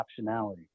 optionality